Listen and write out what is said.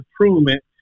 improvement